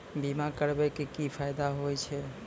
बीमा करबै के की फायदा होय छै?